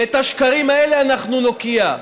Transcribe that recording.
ואת השקרים האלה אנחנו נוקיע.